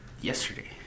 yesterday